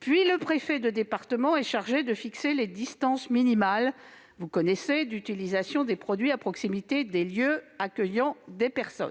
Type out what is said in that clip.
Puis, le préfet de département est chargé de fixer les distances minimales d'utilisation des produits à proximité des lieux accueillant des personnes.